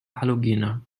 halogene